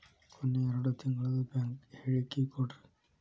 ಕೊನೆ ಎರಡು ತಿಂಗಳದು ಬ್ಯಾಂಕ್ ಹೇಳಕಿ ಕೊಡ್ರಿ